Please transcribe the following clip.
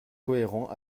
cohérent